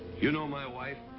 you know my wife?